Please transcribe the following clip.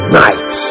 night